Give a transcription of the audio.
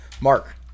Mark